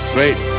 Great